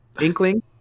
Inkling